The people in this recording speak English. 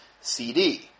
CD